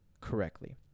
correctly